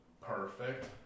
perfect